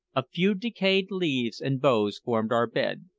a few decayed leaves and boughs formed our bed,